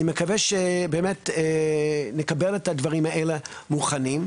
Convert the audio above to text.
אני מקווה שנקבל את הדברים האלה מוכנים.